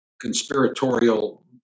conspiratorial